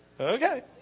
Okay